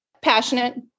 Passionate